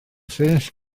llinell